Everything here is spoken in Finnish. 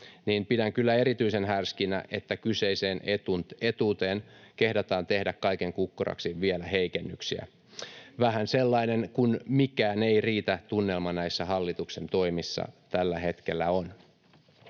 niin pidän kyllä erityisen härskinä, että kyseiseen etuuteen kehdataan tehdä kaiken kukkuraksi vielä heikennyksiä. Vähän sellainen ”kun mikään ei riitä” ‑tunnelma näissä hallituksen toimissa tällä hetkellä on.